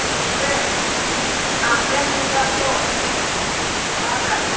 ꯍꯣꯏ ꯑꯥ ꯍꯣꯔꯦꯟ ꯅꯨꯡꯗꯥꯡꯗꯣ ꯇꯥꯕ꯭ꯔꯥ